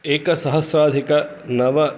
एकसहस्राधिकनव